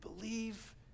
believe